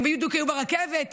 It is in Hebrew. הן בדיוק היו ברכבת,